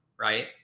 right